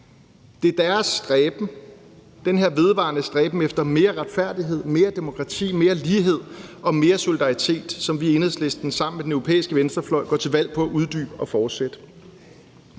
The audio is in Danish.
Det er deres stræben, den her vedvarende stræben efter mere retfærdighed, mere demokrati og mere lighed og mere solidaritet, som vi i Enhedslisten sammen med den europæiske venstrefløj går til valg på at uddybe og fortsætte.